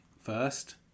First